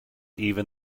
even